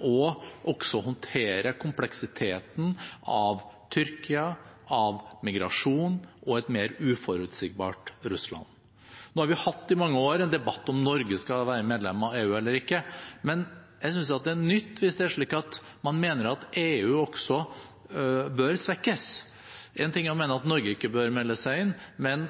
også å håndtere kompleksiteten av Tyrkia, av migrasjon og et mer uforutsigbart Russland. Nå har vi hatt i mange år en debatt om Norge skal være medlem av EU eller ikke. Men jeg synes det er nytt hvis det er slik at man mener at EU også bør svekkes. En ting er å mene at Norge ikke bør melde seg inn, men